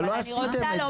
אבל לא עשיתם את זה?